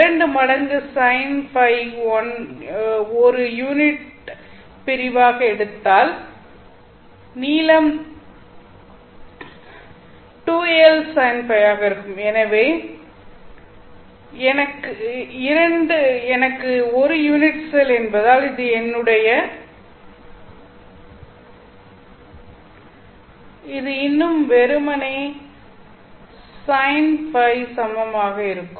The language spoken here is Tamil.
இரண்டு மடங்கு sin φ ஐ one ஒரு யூனிட் பிரிவாக எடுத்தால் மொத்த நீளம் L என்பது 2Lsin φ ஆக இருக்கும் எனவே 2 எனக்கு ஒரு யூனிட் செல் என்பதால் இது இன்னும் வெறுமனே sin φ சமமாக இருக்கும்